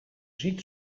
ziet